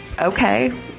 okay